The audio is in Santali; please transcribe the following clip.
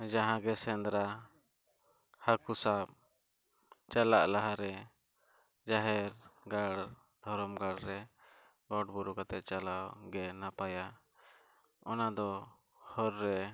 ᱡᱟᱦᱟᱸ ᱜᱮ ᱥᱮᱸᱫᱽᱨᱟ ᱦᱟᱹᱠᱩ ᱥᱟᱵ ᱪᱟᱞᱟᱜ ᱞᱟᱦᱟ ᱨᱮ ᱡᱟᱦᱮᱨ ᱜᱟᱲ ᱫᱷᱚᱨᱚᱢ ᱜᱟᱲ ᱨᱮ ᱜᱚᱴ ᱵᱳᱨᱳ ᱠᱟᱛᱮᱫ ᱪᱟᱞᱟᱣ ᱜᱮ ᱱᱟᱯᱟᱭᱟ ᱚᱱᱟ ᱫᱚ ᱦᱚᱨ ᱨᱮ